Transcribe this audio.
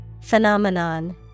Phenomenon